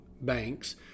banks